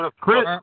Chris